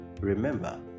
remember